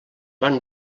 van